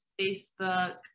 Facebook